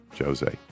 Jose